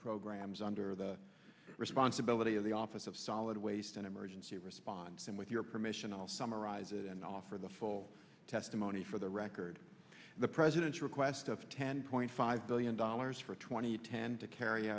programs under the responsibility of the office of solid waste and emergency response and with your permission i'll summarize it and offer the full testimony for the record the president's request of ten point five billion dollars for twenty tend to carry